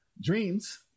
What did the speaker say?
Dreams